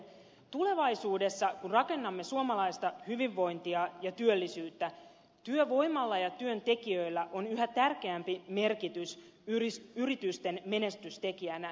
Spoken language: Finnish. tulevaisuudessa kun rakennamme suomalaista hyvinvointia ja työllisyyttä työvoimalla ja työntekijöillä on yhä tärkeämpi merkitys yritysten menestystekijänä